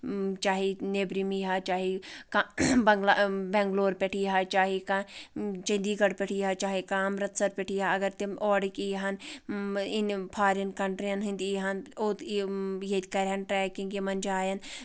چاہے نیٚبرِم ییِ ہا چاہے کانٛہہ بنٛگلا بِینٛگلور پؠٹھ یہِ ہا چاہے کانٛہہ چندی گڑھ پؠٹھ یہِ ہا چاہے کانٛہہ اَمرتسَر پؠٹھ یا اگر تِم اورٕکۍ یِیہن اِن فارین کَنٹری یَن ہٕنٛدۍ ییہن اُوت ییٚتہِ کَرِہن ٹریٚکِنگ یِمَن جایَن